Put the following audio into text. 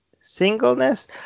singleness